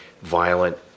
violent